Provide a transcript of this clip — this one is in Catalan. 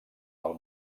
del